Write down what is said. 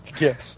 Yes